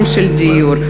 גם של דיור,